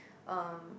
um